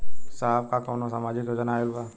साहब का कौनो सामाजिक योजना आईल बा?